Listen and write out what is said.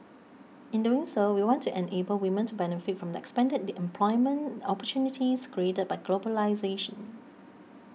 in doing so we want to enable women to benefit from the expanded employment opportunities created by globalisation